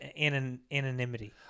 anonymity